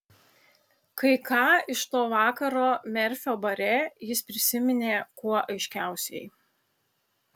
kai ką iš to vakaro merfio bare jis prisiminė kuo aiškiausiai